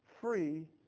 free